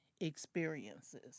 experiences